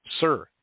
Sir